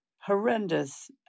horrendous